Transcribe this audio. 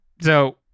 So-